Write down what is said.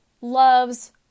loves